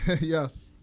yes